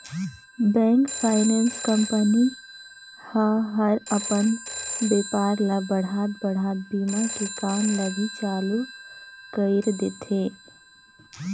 bank, finance company ह हर अपन बेपार ल बढ़ात बढ़ात बीमा के काम ल भी चालू कइर देथे